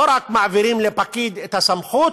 ולא רק מעבירים לפקיד את הסמכות,